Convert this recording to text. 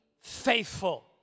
faithful